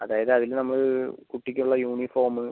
അതായത് അതിന് നമ്മൾ കുട്ടിക്കുള്ള യൂണിഫോം